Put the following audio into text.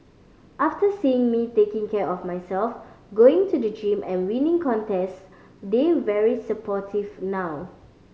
after seeing me taking care of myself going to the gym and winning contests they very supportive now